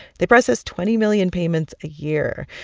they process twenty million payments a year,